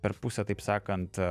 per pusę taip sakant